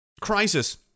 crisis